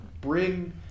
bring